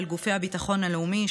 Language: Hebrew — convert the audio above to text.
של גופי הביטחון הלאומי,